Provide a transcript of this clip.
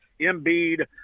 Embiid